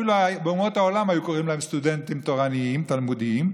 שאפילו באומות העולם היו קוראים להם סטודנטים תורניים תלמודיים.